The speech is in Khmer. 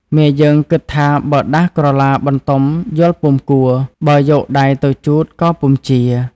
មាយើងគិតថាបើដាស់ក្រឡាបន្ទំយល់ពុំគួរ បើយកដៃទៅជូតក៏ពុំជា។